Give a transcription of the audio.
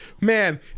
man